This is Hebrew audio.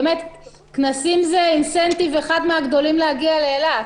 כנסים זה אחד התמריצים הכי גדולים להגיע לאילת.